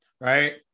right